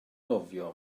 nofio